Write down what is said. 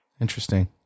Interesting